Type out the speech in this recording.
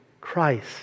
Christ